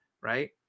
right